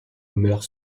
meurt